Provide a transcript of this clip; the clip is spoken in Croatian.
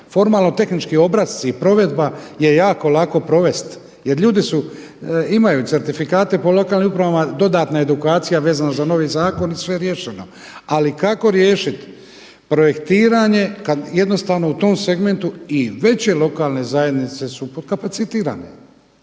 formalno tehnički obrasci i provedba je jako lako provesti jer ljudi imaju certifikate po lokalnim upravama dodatna edukacija vezano za novi zakon i sve riješeno. Ali kako riješiti projektiranje kada jednostavno u tom segmentu i veće lokalne zajednice su pod kapacitirane.